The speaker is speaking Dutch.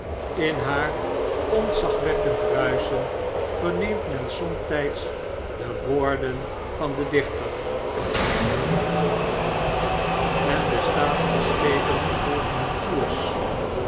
in baar ontzagwekkend ruischen verneemt men somtyds de woorden van den dichter en de statige schepen vervolgen hun koera